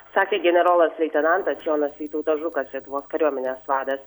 sakė generolas leitenantas jonas vytautas žukas lietuvos kariuomenės vadas